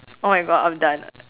oh my god I'm done